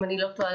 אם אני לא טועה,